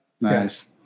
nice